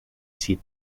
city